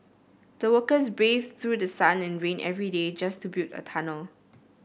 the workers braved through sun and rain every day just to build the tunnel